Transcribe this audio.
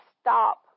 stop